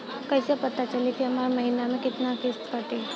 कईसे पता चली की हमार महीना में कितना किस्त कटी?